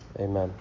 Amen